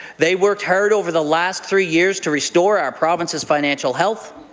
they worked hard over the last three years to restore our province's financial health.